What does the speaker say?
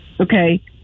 okay